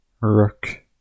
Rook